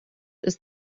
ist